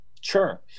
Sure